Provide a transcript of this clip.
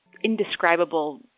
indescribable